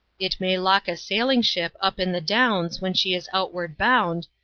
it may lock a sailing-ship up in the downs when she is outward bound,